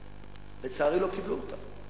אבל לצערי לא קיבלו אותה.